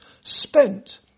spent